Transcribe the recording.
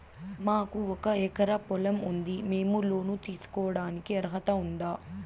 మాకు ఒక ఎకరా పొలం ఉంది మేము లోను తీసుకోడానికి అర్హత ఉందా